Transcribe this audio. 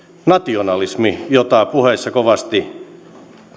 nationalismi jota puheissa kovasti